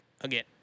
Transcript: again